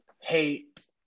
hate